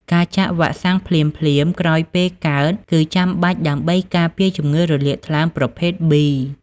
ការចាក់វ៉ាក់សាំងភ្លាមៗក្រោយពេលកើតគឺចាំបាច់ដើម្បីការពារជំងឺរលាកថ្លើមប្រភេទ B។